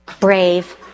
brave